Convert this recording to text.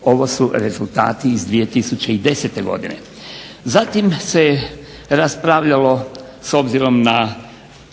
Ovo su rezultati iz 2010. godine. Zatim se raspravljalo s obzirom na